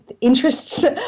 interests